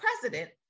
president